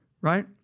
right